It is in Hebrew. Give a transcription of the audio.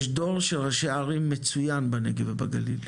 יש דור של ראשי ערים מצוין בנגב ובגליל,